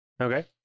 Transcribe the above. Okay